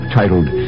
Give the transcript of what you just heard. titled